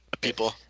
people